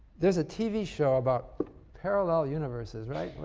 there's a tv show about parallel universes, right?